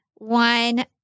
One